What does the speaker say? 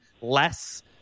less